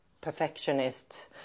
perfectionist